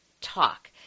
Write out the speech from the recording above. talk